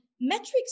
Metrics